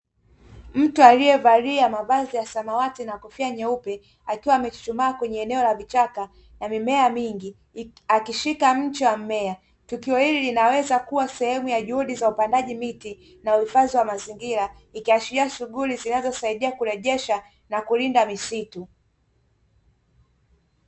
Mtu aliyevalia mavazi ya samawati na kofia nyeupe akiwa amechuchumaa kwenye eneo la vichaka na mimea mingi, akishika mche mmea tukio hili linaweza kuwa sehemu ya juhudi za upandaji miti na uhifadhi wa mazingira ikiashiria shughuli zinazosaidia kurejesha na kulinda misitu.